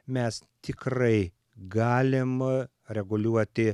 mes tikrai galim reguliuoti